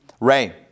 Ray